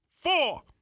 four